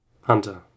Hunter